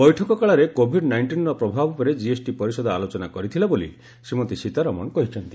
ବୈଠକ କାଳରେ କୋଭିଡ୍ ନାଇଷ୍ଟିନ୍ର ପ୍ରଭାବ ଉପରେ କିଏସ୍ଟି ପରିଷଦ ଆଲୋଚନା କରିଥିଲା ବୋଲି ଶ୍ରୀମତୀ ସୀତାରମଣ କହିଛନ୍ତି